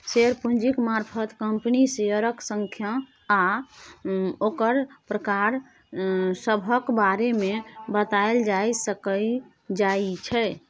share पूंजीक मारफत कंपनीक शेयरक संख्या आ ओकर प्रकार सभक बारे मे बताएल जाए सकइ जाइ छै